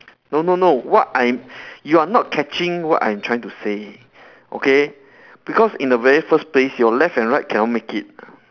no no no what I you are not catching what I'm trying to say okay because in the very first place your left and right cannot make it